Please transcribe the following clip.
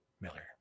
Miller